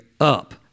up